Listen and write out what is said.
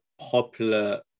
popular